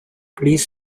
please